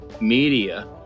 media